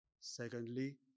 Secondly